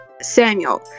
Samuel